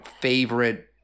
favorite